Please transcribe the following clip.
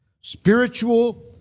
Spiritual